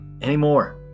anymore